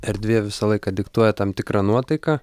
erdvė visą laiką diktuoja tam tikrą nuotaiką